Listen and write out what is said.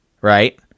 right